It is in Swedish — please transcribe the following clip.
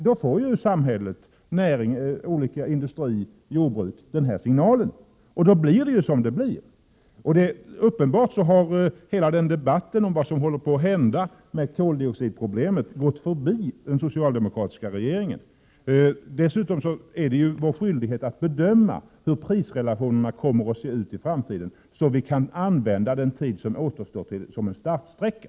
Då får alltså industri och jordbruk den här signalen, och då blir det som det blir. Uppenbarligen har hela debatten om vad som håller på att hända när det gäller koldioxidproblemet gått förbi den socialdemokratiska regeringen. Dessutom är det ju vår skyldighet att bedöma hur prisrelationerna kommer att se ut i framtiden, så att vi kan använda den tid som återstår som en startsträcka.